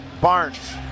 Barnes